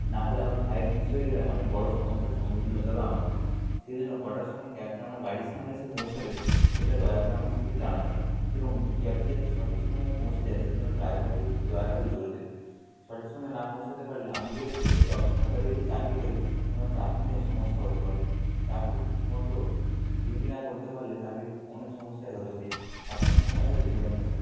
নাহলে আমার flight miss হয়ে গেলে অনেক বড়ো সমস্যার সম্মুখীন হতে হবে আমাকে সেই জন্য কটার সময় ক্যাবটা আমার বাড়ির সামনে এসে পৌঁছাবে সেটা দয়া করে আমাকে একটু জানাবেন এবং ক্যাবটি যাতে সঠিক সময়ে পৌঁছে যায় সেই জন্য ড্রাইভারকে দয়া করে জোর দেবেন সঠিক সময় না পৌঁছাতে পারলে আমি যেহেতু একটি অপি সরকারি অফিসে চাকরি করি আমার চাকরি নিয়ে সমস্যা হতে পারে চাকরি ঠিকমতো ডিউটি না করতে পারলে চাকরির অনেক সমস্যাই হতে হয় আপনারা সেটা হয়তো জেনে থাকবেন